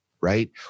right